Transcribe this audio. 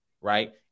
Right